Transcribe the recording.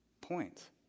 point